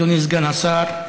אדוני סגן שר,